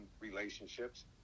relationships